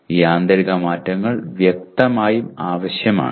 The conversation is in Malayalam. ഈ ആന്തരിക മാറ്റങ്ങൾ വ്യക്തമായും ആവശ്യമാണ്